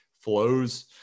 flows